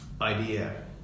idea